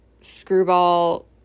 Screwball